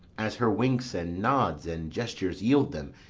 as her winks, and nods, and gestures yield them,